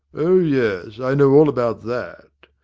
oh yes, i know all about that.